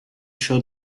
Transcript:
show